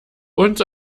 uns